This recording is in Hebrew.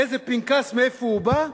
איזה פנקס, מאיפה הוא בא.